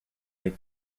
est